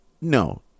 no